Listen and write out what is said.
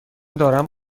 دارم